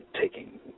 taking